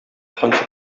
атканчы